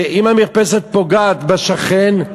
אם המרפסת פוגעת בשכן,